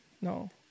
No